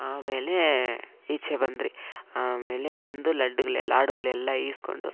ಆಮೇಲೆ ಈಚೆ ಬಂದ್ವಿ ಆಮೇಲೆ ಬಂದು ಲಡ್ಡುಗಳೆಲ್ಲ ಲಾಡುಗಳೆಲ್ಲ ಈಸ್ಕೊಂಡು